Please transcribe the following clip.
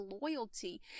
loyalty